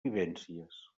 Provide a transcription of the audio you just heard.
vivències